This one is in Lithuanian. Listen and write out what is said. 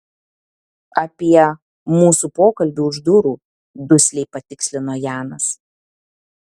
apie mūsų pokalbį už durų dusliai patikslino janas